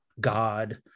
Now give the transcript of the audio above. god